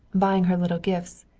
buying her little gifts,